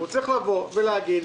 הוא צריך לבוא ולהגיד.